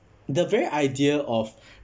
the very idea of